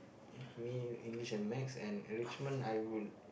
if me English and maths and enrichment I would